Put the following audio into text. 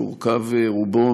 שהורכב רובו